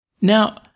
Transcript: Now